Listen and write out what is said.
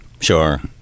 sure